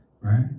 right